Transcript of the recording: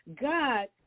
God